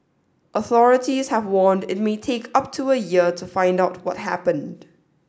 authorities have warned it may take up to a year to find out what happened